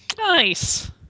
Nice